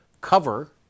cover